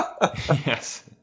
yes